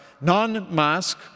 non-mask